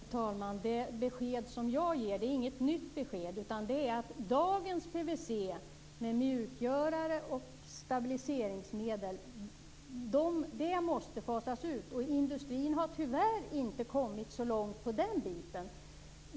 Fru talman! Det besked som jag ger är inget nytt besked. Det är att dagens PVC, med mjukgörare och stabiliseringsmedel, måste fasas ut. Industrin har tyvärr inte kommit så långt med den biten.